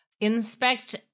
Inspect